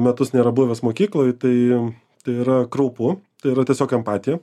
metus nėra buvęs mokykloj tai tai yra kraupu tai yra tiesiog empatija